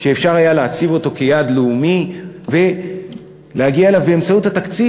שאפשר היה להציב אותו כיעד לאומי ולהגיע אליו באמצעות התקציב,